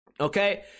Okay